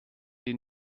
die